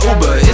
Uber